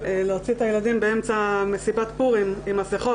להוציא את הילדים באמצע מסיבת פורים עם מסכות